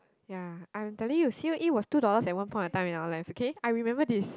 ya I'm telling you C_O_E was two dollars at one point time in our lives okay I remember this